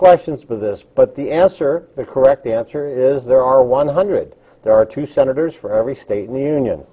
questions for this but the answer the correct answer is there are one hundred there are two senators for every state in the union